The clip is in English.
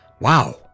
Wow